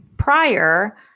Prior